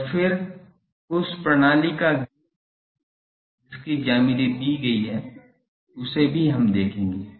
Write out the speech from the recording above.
और फिर उस प्रणाली का गेन क्या है जिसकी ज्यामिति दी गई है उसे हम देखेंगे